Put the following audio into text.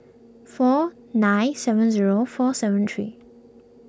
four nine seven zero four seven three